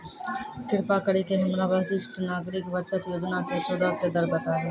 कृपा करि के हमरा वरिष्ठ नागरिक बचत योजना के सूदो के दर बताबो